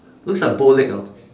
looks like bow leg hor